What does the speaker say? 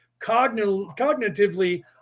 cognitively